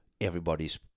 everybody's